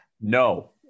No